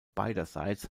beiderseits